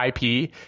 IP